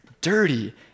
dirty